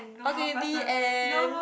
okay the end